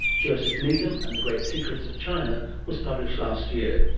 joseph needham and the great secrets of china, was published last year.